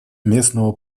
местного